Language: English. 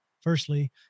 Firstly